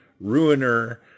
Ruiner